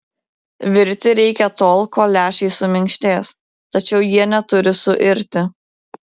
virti reikia tol kol lęšiai suminkštės tačiau jie neturi suirti